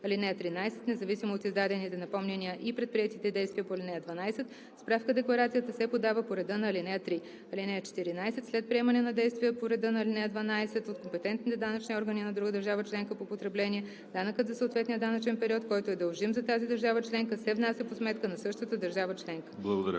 (13) Независимо от издадените напомняния и предприетите действия по ал. 12 справка-декларацията се подава по реда на ал. 3. (14) След предприемане на действия по реда на ал. 12 от компетентните данъчни органи на друга държава членка по потребление данъкът за съответния данъчен период, който е дължим за тази държава членка, се внася по сметка на същата държава членка.“